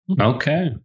Okay